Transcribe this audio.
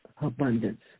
abundance